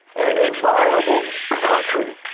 a viable country.